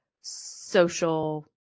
social